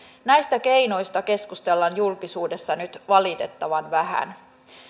näistä keinoista keskustellaan julkisuudessa nyt valitettavan vähän